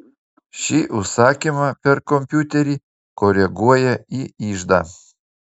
ši užsakymą per kompiuterį koreguoja į iždą